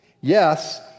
Yes